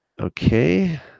Okay